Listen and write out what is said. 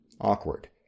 awkward